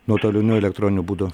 nuotoliniu elektroniniu būdu